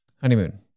Honeymoon